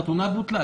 החתונה בוטלה.